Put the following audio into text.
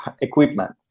equipment